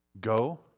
go